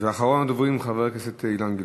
אחרון הדוברים, חבר הכנסת אילן גילאון.